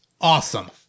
awesome